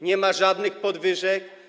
Nie ma żadnych podwyżek.